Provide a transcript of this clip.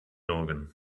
organ